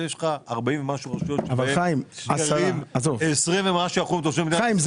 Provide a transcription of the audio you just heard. ויש לך 40 ומשהו רשויות ש-20 ומשהו אחוזים --- חיים,